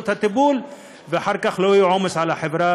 את הטיפול ואחר כך לא יהיה עומס על החברה,